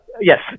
Yes